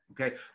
okay